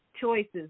choices